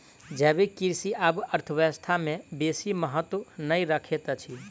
जैविक कृषि आब अर्थव्यवस्था में बेसी महत्त्व नै रखैत अछि